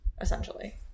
essentially